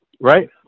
right